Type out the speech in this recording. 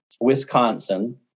Wisconsin